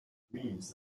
memes